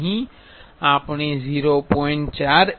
અહીં આપણે 0